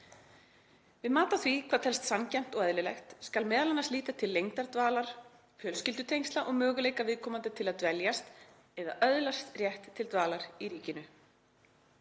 Við mat á því hvað telst sanngjarnt og eðlilegt skal m.a. líta til lengdar dvalar, fjölskyldutengsla og möguleika viðkomandi til að dveljast eða öðlast rétt til dvalar í ríkinu.